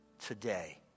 Today